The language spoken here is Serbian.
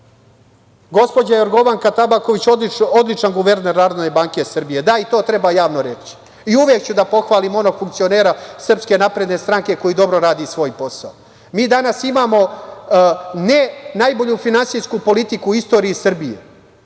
dinar. Gospođa Jorgovanka Tabaković je odličan guverner Narodne banke Srbije, da i to treba javno reći i uvek ću da pohvalim onog funkcionera SNS koji dobro radi svoj posao. Mi danas imamo ne najbolju finansijsku politiku u istoriji Srbije,